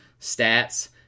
stats